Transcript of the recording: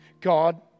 God